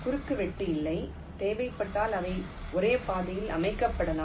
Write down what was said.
குறுக்குவெட்டு இல்லை தேவைப்பட்டால் அவை ஒரே பாதையில் அமைக்கப்படலாம்